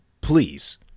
please